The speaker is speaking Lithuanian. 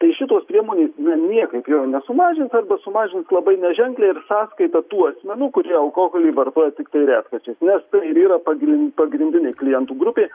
tai šitos priemonės ne niekaip jo nesumažins arba sumažins labai neženkliai ir sąskaita tų asmenų kurie alkoholį vartoja tiktai retkarčiais nes tai ir yra pagrin pagrindinė klientų grupė